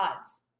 odds